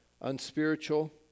unspiritual